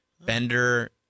Bender